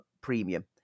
premium